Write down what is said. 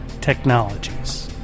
Technologies